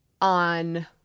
on